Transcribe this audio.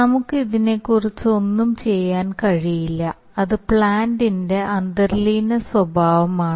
നമുക്ക് ഇതിനെക്കുറിച്ച് ഒന്നും ചെയ്യാൻ കഴിയില്ല അത് പ്ലാന്റിന്റെ അന്തർലീന സ്വഭാവമാണ്